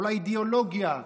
כל האידיאולוגיה,